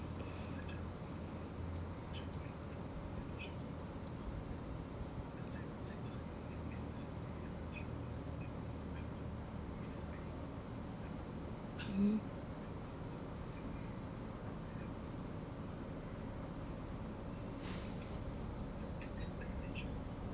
hmm